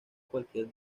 cualquier